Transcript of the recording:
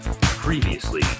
Previously